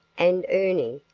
and ernie,